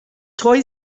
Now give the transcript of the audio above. toy